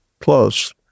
Plus